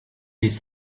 his